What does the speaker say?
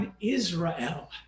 Israel